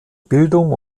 bildung